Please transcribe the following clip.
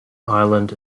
island